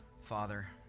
Father